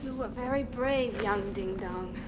were very brave, young dingdong.